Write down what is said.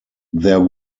there